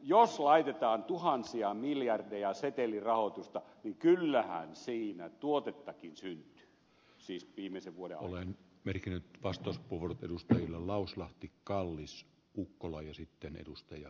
jos laitetaan tuhansia miljardeja setelirahoitusta niin kyllähän siinä tuotettakin syntyy siis viimeisen vuoden olen pyrkinyt bastos puhunut edustajien lauslahti kallis ukkola ja sitten edustaja